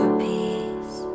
peace